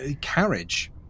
carriage